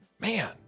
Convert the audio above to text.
Man